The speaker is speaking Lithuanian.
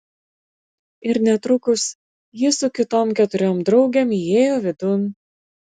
ir netrukus ji su kitom keturiom draugėm įėjo vidun